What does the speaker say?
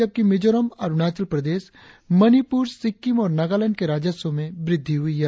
जबकि मिजोरम अरुणाचल प्रदेश मणिपुर सिक्किम और नगालैंड के राजस्व में वृद्धि हुई है